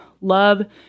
love